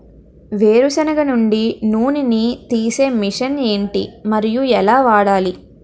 వేరు సెనగ నుండి నూనె నీ తీసే మెషిన్ ఏంటి? మరియు ఎలా వాడాలి?